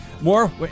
more